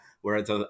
whereas